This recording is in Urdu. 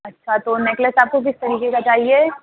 اچھا تو نیکلس آپ کو کس طریقے کا چاہیے